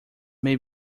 may